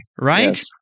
Right